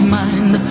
mind